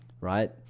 right